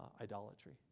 idolatry